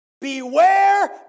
beware